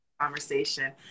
Conversation